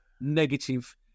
negative